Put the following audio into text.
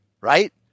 right